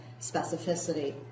specificity